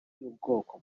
y’ubwoko